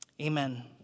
Amen